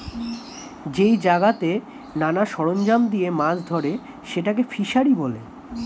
যেই জায়গাতে নানা সরঞ্জাম দিয়ে মাছ ধরে সেটাকে ফিসারী বলে